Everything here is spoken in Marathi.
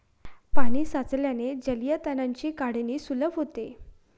पाणी साचल्याने जलीय तणांची काढणी सुलभ होते